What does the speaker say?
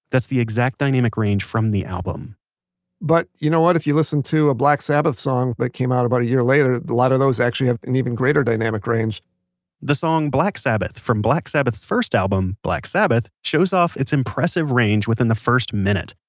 that's the exact dynamic range from the album but you know what? if you listen to a black sabbath song that came out about a year later, a lot of those actually have an even greater dynamic range the song black sabbath, from black sabbath's first album, black sabbath, shows off it's impressive dynamic range within the first minute.